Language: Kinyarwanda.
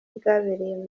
bwabereye